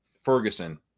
Ferguson